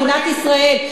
במדינת ישראל,